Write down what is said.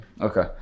Okay